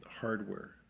hardware